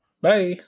Bye